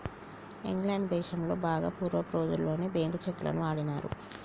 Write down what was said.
England దేశంలో బాగా పూర్వపు రోజుల్లోనే బ్యేంకు చెక్కులను వాడినారు